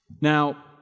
Now